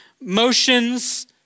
motions